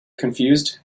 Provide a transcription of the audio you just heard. confused